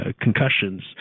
concussions